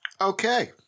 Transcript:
okay